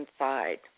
inside